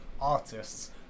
artists